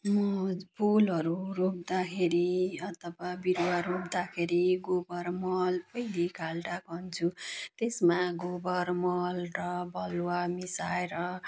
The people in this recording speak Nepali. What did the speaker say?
म फुलहरू रोप्दाखेरि अथवा बिरुवा रोप्दाखेरि गोबर मल पहिले खाल्डा खन्छु त्यसमा गोबर मल र बलुवा मिसाएर